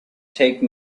take